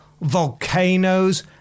volcanoes